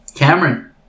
Cameron